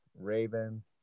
Ravens